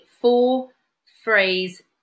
four-phrase